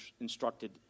instructed